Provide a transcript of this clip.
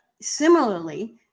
similarly